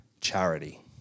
charity